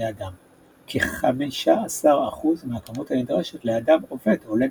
לאדם; כ-15% מהכמות הנדרשת לאדם עובד או לנער.